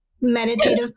meditative